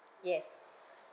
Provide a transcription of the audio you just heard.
yes